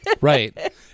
Right